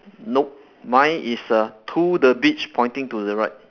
nope mine is err to the beach pointing to the right